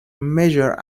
measure